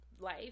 life